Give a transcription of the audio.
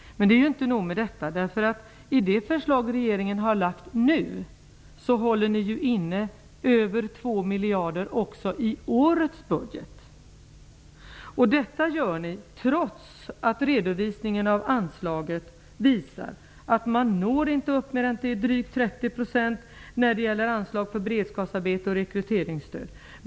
Det är inte nog med detta. Enligt det förslag som regeringen nu har lagt fram håller ni inne över 2 miljarder också i årets budget. Detta gör ni trots att redovisningen av anslaget visar att man inte når upp till mer än drygt 30 % när det gäller anslag för beredskapsarbete och rekryteringsstöd.